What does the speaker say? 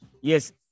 yes